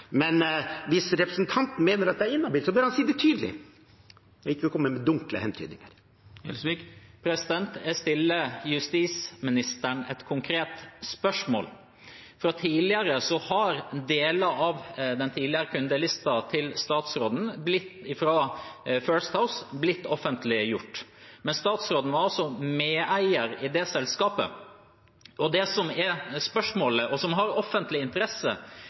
men hvis representanten mener at jeg er inhabil, så bør han si det tydelig og ikke komme med dunkle hentydninger. Jeg stiller justisministeren et konkret spørsmål. Fra tidligere har deler av den tidligere kundelisten til statsråden fra First House blitt offentliggjort. Men statsråden var altså medeier i det selskapet, og det som er spørsmålet, og som har offentlig interesse,